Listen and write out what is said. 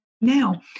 now